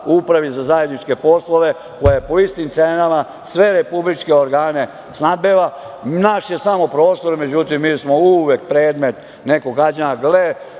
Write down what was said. Upravi za zajedničke poslove koja je po istim cenama, sve republičke organe snabdeva, naš je samo prostor. Međutim, mi smo uvek predmet nekog gađenja. Gle,